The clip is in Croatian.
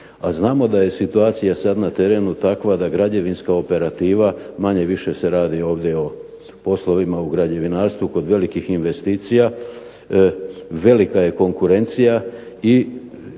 znamo da je situacija sad na terenu takva da građevinska operativa, manje-više se radi ovdje o poslovima u građevinarstvu kod velikih investicija velika je konkurencija i